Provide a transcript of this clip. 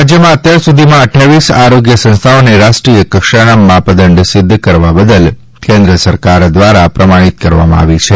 રાજ્યમાં અત્યાર સુધીમાં અઠ્ઠાવીસ આરોગ્ય સંસ્થાઓને રાષ્ટ્રીય કક્ષાના માપદંડ સિદ્ધ કરવા બદલ કેન્દ્ર સરકાર દ્વારા પ્રમાણિત કરવામાં આવી છે